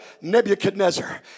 Nebuchadnezzar